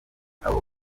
aba